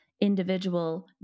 Individual